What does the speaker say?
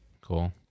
Cool